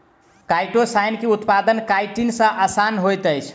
chitosan के उत्पादन chitin सॅ आसान होइत अछि